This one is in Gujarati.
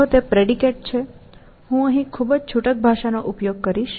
જો તે પ્રેડિકેટ છે હું અહીં ખૂબ જ છૂટક ભાષા નો ઉપયોગ કરીશ